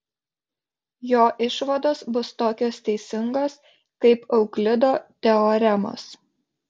jo išvados bus tokios teisingos kaip euklido teoremos